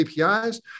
APIs